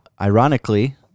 ironically